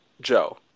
joe